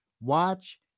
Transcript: watch